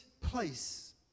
place